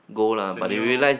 it's a new